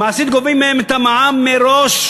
מעשית גובים מהם את המע"מ מראש,